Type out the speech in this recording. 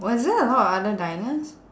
was there a lot of other diners